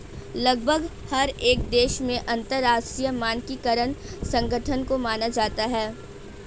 लगभग हर एक देश में अंतरराष्ट्रीय मानकीकरण संगठन को माना जाता है